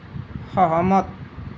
সহমত